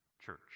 church